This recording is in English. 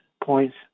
points